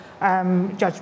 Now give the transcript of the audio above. Judgment